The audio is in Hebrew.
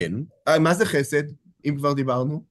מה זה חסד, אם כבר דיברנו?